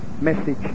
message